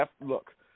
Look